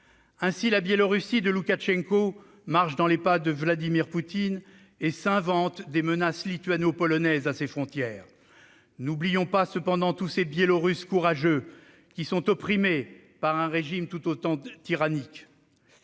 Ainsi, la Biélorussie de Loukachenko marche dans les pas de Vladimir Poutine et s'invente des menaces lituano-polonaises à ses frontières. N'oublions pas cependant tous ces Biélorusses courageux, qui sont opprimés par un régime tout aussi tyrannique.